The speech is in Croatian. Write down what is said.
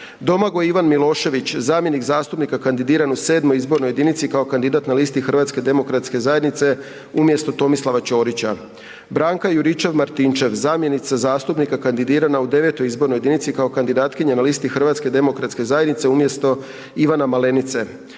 Domagoj Ivan Milošević, zamjenik zastupnika kandidiran u 7. izbornoj jedinici kao kandidat na listi Hrvatske demokratske zajednice, umjesto Tomislava Ćorića; Branka Juričev-Martinčev, zamjenica zastupnika kandidirana u 9. izbornoj jedinici kao kandidatkinja na listi Hrvatske demokratske zajednice, umjesto Ivana Malenice,